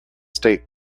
state